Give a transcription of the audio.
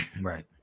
Right